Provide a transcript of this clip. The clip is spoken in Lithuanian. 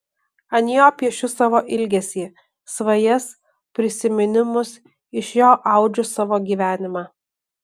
ant jo piešiu savo ilgesį svajas prisiminimus iš jo audžiu savo gyvenimą